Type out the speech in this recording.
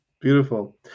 Beautiful